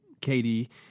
Katie